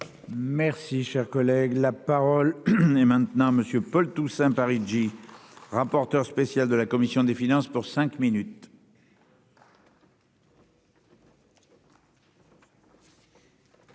Merci, cher collègue, la parole est maintenant Monsieur Paul Toussaint Parigi, rapporteur spécial de la commission des finances pour cinq minutes.